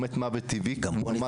הוא מת מוות טבעי כתוצאה מצנתור.